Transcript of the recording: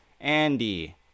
Andy